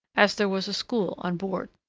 as there was a school on board.